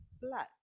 blood